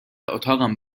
اتاقم